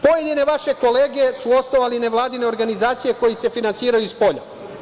Pojedine vaše kolege su osnovali nevladine organizacije koje se finansiraju iz spolja.